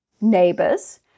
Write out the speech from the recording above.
neighbors